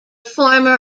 former